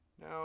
Now